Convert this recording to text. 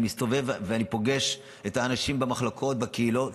אני מסתובב ואני פוגש את האנשים במחלקות, בקהילות,